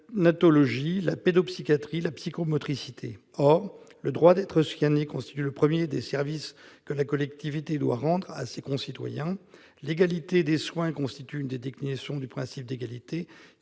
la pédopsychiatrie ou encore la psychomotricité. Or le droit d'être soigné constitue le premier des services que la collectivité doit rendre à ses concitoyens. L'égalité des soins constitue l'une des déclinaisons du principe d'égalité,